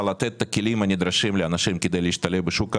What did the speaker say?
את הכלים הנדרשים לאנשים כדי להשתלב בשוק העבודה,